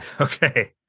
Okay